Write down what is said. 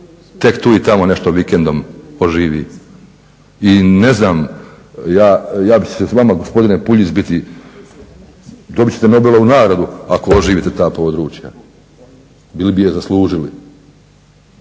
tek tu i tamo nešto vikendom oživi. I ne znam, ja mislim da će vama gospodine Puljiz biti, dobit ćete Nobelovu nagradu ako oživite ta područja ili bi je zaslužili.